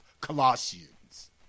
Colossians